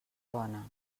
bona